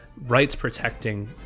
rights-protecting